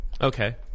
Okay